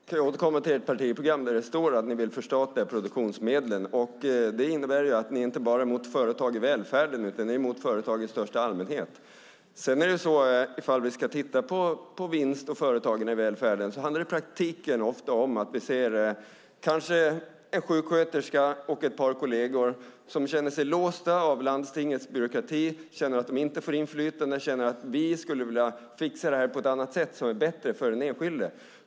Fru talman! Jag återkommer till ert partiprogram där det står att ni vill förstatliga produktionsmedlen. Det innebär ju att ni inte bara är emot företag i välfärden, utan ni är emot företag i största allmänhet. Om vi ska titta på vinst och företagen i välfärden handlar det i praktiken ofta om att vi ser kanske en sjuksköterska och ett par kolleger som känner sig låsta av landstingets byråkrati, känner att de inte får inflytande, känner att de skulle vilja fixa det här på ett annat sätt som är bättre för den enskilde.